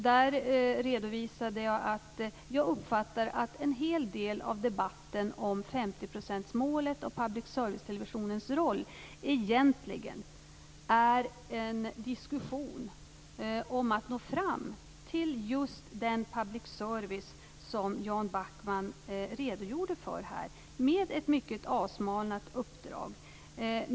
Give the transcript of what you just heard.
Jag redovisade att jag uppfattar att en hel del av debatten om 50-procentsmålet och public service-televisionens roll egentligen är en diskussion om att nå fram till just den public service som Jan Backman redogjorde för här, med ett mycket avsmalnat uppdrag.